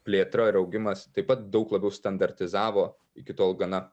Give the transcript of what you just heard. plėtra ir augimas taip pat daug labiau standartizavo iki tol gana